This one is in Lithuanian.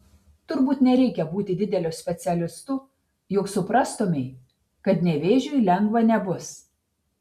turbūt nereikia būti dideliu specialistu jog suprastumei kad nevėžiui lengva nebus